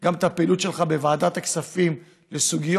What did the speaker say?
גם את הפעילות שלך בוועדת הכספים בסוגיות